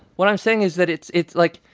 what i'm saying is that it's it's like,